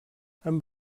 amb